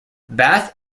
bath